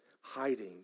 hiding